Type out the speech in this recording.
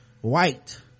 White